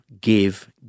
give